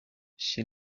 she